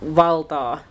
valtaa